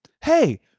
hey